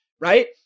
right